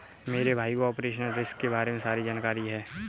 मेरे भाई को ऑपरेशनल रिस्क के बारे में सारी जानकारी है